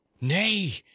Nay